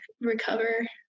recover